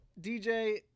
dj